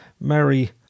Mary